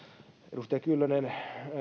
edustaja kyllönen